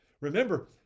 Remember